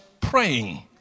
praying